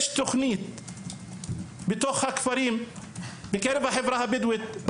יש תוכנית בתוך הכפרים בקרב החברה הבדואית,